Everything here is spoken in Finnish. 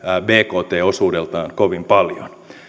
bkt osuudeltaan kovin paljon